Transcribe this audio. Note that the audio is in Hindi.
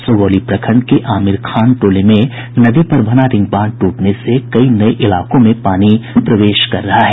सुगौली प्रखंड के आमिरखान टोले में नदी पर बना रिंग बांध ट्रटने से कई नये इलाकों में पानी प्रवेश कर रहा है